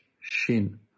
Shin